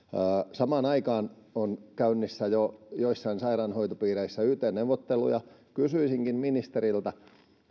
samaan aikaan on jo käynnissä joissain sairaanhoitopiireissä yt neuvotteluja kysyisinkin ministeriltä